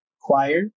choir